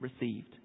received